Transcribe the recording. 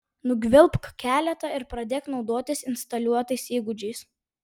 nugvelbk keletą ir pradėk naudotis instaliuotais įgūdžiais